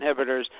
inhibitors